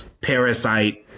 Parasite